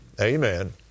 Amen